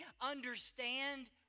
understand